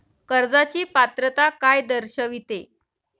कर्जाची पात्रता काय दर्शविते?